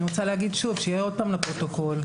שיהיה שוב בפרוטוקול.